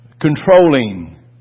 controlling